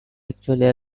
actually